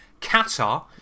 Qatar